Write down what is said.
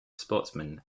sportsman